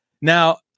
Now